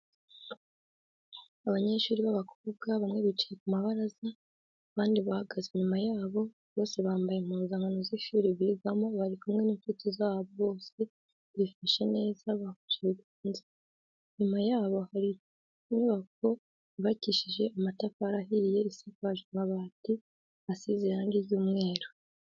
Abanyeshuri b'abakobwa bamwe bicaye ku mabaraza abandi bahagaze inyuma yabo bose bambaye impuzankano z'ishuri bigamo bari kumwe n'inshuti zabo bose bifashe neza bahuje ibiganza ,inyuma yabo hari inyubako yubakishije amatafari ahiye isakaje amabati izize irangi ry'umweru.